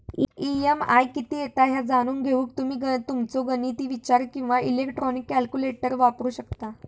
EMI किती येता ह्या जाणून घेऊक तुम्ही तुमचो गणिती विचार किंवा इलेक्ट्रॉनिक कॅल्क्युलेटर वापरू शकता